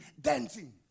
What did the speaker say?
dancing